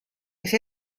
kes